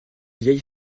vieille